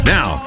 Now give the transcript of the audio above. Now